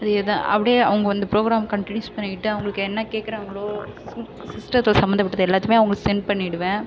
அதேதான் அப்படியே அவங்க அந்த ப்ரோக்ராம் கன்டினியூஸ் பண்ணிக்கிட்டு அவங்களுக்கு என்ன கேக்கிறாங்களோ சிஸ்டத்தை சம்மந்தப்பட்டதை எல்லாத்தையும் அவங்களுக்கு சென்ட் பண்ணிடுவேன்